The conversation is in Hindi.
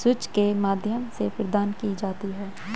स्विच के माध्यम से प्रदान की जाती है